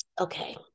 Okay